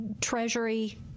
treasury